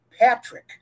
Patrick